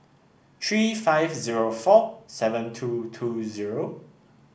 three five zero four seven two two zero